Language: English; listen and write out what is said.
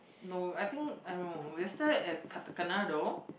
no I think I no we'll stay at Katakana though